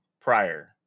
prior